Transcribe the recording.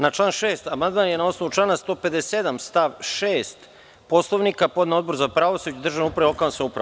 Na član 6. amandman je na osnovu člana 157. stav 6. Poslovnika podneo Odbor za pravosuđe, državnu upravu i lokalnu samoupravu.